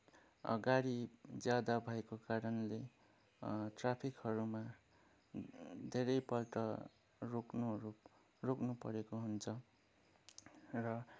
गाडी ज्यादा भएको कारणले ट्राफिकहरूमा धेरैपल्ट रोक्नु रोक्नुपरेको हुन्छ र